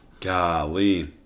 Golly